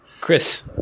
Chris